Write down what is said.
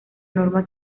norma